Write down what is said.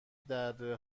دره